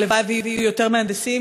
הלוואי שיהיו יותר מהנדסים,